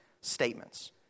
statements